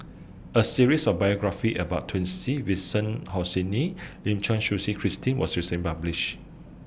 A series of biographies about Twisstii Vincent Lim Suchen Christine was recently published